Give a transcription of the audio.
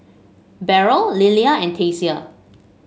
Beryl Lilia and Tasia